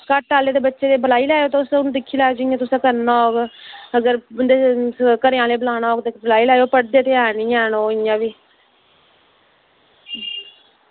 घट्ट आह्लें दे बच्चे बुलाई लैयो तुस ते जि'यां करना होग ते अगर उंदे घरें आह्लें बुलाना होग ते बुलाई लैयो ते पढ़दे ते हैन निं हैन ओह् इंया बी